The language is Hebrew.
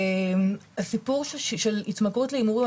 הסיפור של התמכרות להימורים,